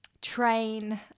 train